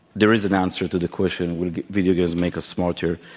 there is an answer to the question, will video games make us smarter?